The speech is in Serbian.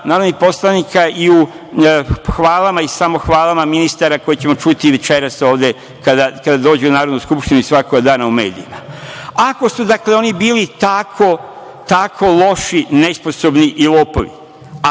narodnih poslanika i u hvalama i samohvalama ministara koje ćemo čuti i večeras ovde, kada dođu u Narodnu skupštinu i svakog dana u medijima? Dakle, ako su oni bili tako loši, nesposobni i lopovi,